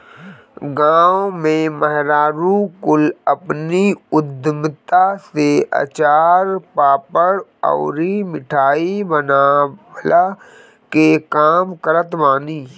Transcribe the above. गांव में मेहरारू कुल अपनी उद्यमिता से अचार, पापड़ अउरी मिठाई बनवला के काम करत बानी